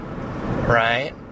right